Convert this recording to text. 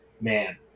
man